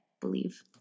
believe